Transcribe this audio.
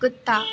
कुत्ता